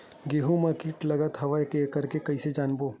गेहूं म कीट लगत हवय करके कइसे जानबो?